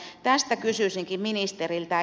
tästä kysyisinkin ministeriltä